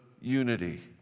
unity